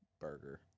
burger